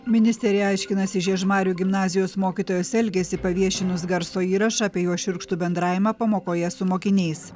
ministerija aiškinasi žiežmarių gimnazijos mokytojos elgesį paviešinus garso įrašą apie jos šiurkštų bendravimą pamokoje su mokiniais